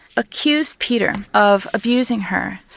accused peter of abusing her.